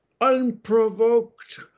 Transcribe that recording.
unprovoked –